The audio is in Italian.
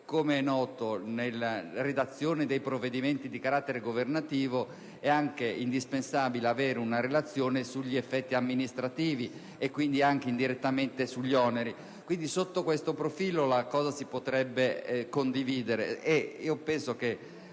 com'è noto, nella redazione dei provvedimenti di carattere governativo è indispensabile avere una relazione sugli effetti amministrativi e quindi anche, indirettamente, sugli oneri. Sotto questo profilo, la proposta si potrebbe condividere e penso che